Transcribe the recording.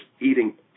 eating